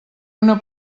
una